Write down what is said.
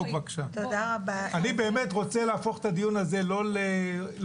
אני באמת רוצה להפוך את הדיון הזה לא לניגוחים,